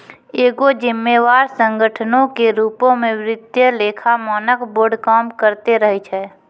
एगो जिम्मेवार संगठनो के रुपो मे वित्तीय लेखा मानक बोर्ड काम करते रहै छै